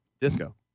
disco